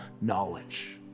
knowledge